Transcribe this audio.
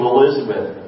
Elizabeth